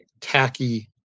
tacky